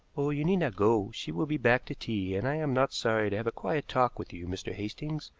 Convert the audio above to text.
oh, you need not go. she will be back to tea, and i am not sorry to have a quiet talk with you, mr. hastings.